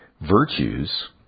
virtues